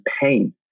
pain